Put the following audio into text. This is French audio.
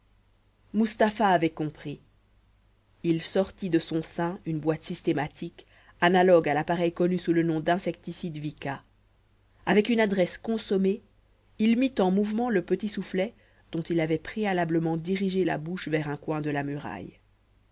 mustapha avait compris il sortit de son sein une boîte systématique analogue à l'appareil connu sous le nom d'insecticide vicat avec une adresse consommée il mit en mouvement le petit soufflet dont il avait préalablement dirigé la bouche vers un coin de la muraille